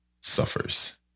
suffers